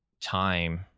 time